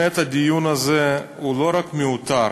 הדיון הזה הוא לא רק מיותר,